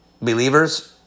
Believers